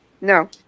no